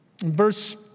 Verse